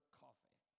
coffee